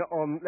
on